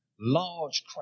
Large